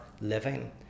living